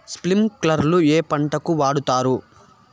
స్ప్రింక్లర్లు ఏ పంటలకు వాడుతారు?